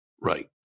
Right